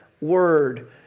word